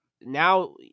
now –